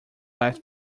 left